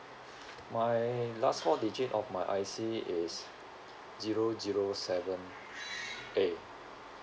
my last four digit of my I_C is zero zero seven A